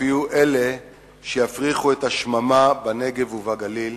הם אף יהיו אלה שיפריחו את השממה בנגב ובגליל.